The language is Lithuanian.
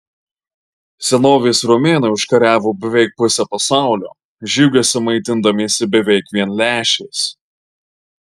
senovės romėnai užkariavo beveik pusę pasaulio žygiuose maitindamiesi beveik vien lęšiais